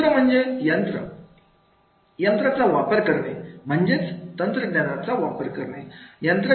दुसरं म्हणजे यंत्र यंत्रांचा वापर करणे म्हणजेच तंत्रज्ञानाचा वापर करणे